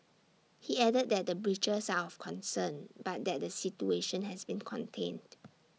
he added that the breaches are of concern but that the situation has been contained